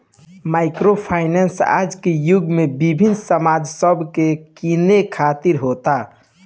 micro finance आज के युग में विभिन्न सामान सब के किने खातिर होता